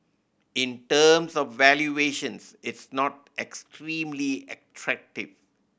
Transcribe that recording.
in terms of valuations it's not extremely attractive